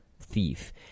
thief